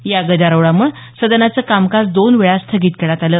या गदारोळामुळे सदनाचं कामकाज दोनवेळा स्थगित करण्यात आलं